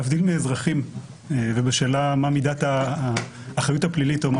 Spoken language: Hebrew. להבדיל מאזרחים ובשאלה מה מידת האחריות הפליליות או מה